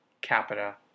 capita